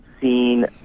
seen